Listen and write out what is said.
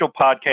podcast